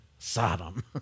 Sodom